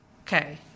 Okay